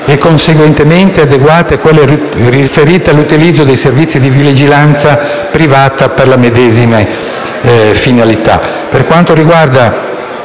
e, conseguentemente, adeguate quelle riferite all'utilizzo di servizi di vigilanza privata per la medesima finalità.